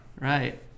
Right